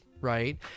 right